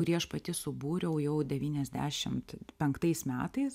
kurį aš pati subūriau jau devyniasdešimt penktais metais